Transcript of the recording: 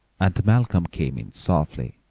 and malcolm came in, softly.